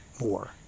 more